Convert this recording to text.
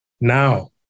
Now